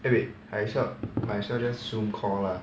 eh wait might as well might as well just Zoom call lah